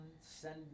send